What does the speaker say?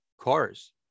cars